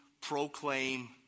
proclaim